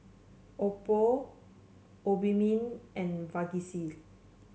Oppo Obimin and Vagisil